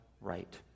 right